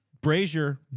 brazier